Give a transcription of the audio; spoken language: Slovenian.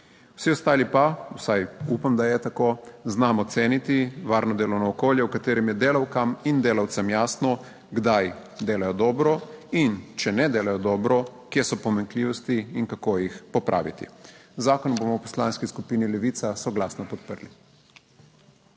Vsi ostali pa, vsaj upam, da je tako, znamo ceniti varno delovno okolje, v katerem je delavkam in delavcem jasno, kdaj delajo dobro in če ne delajo dobro, kje so pomanjkljivosti in kako jih popraviti. Zakon bomo v Poslanski skupini Levica soglasno podprli.